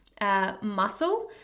muscle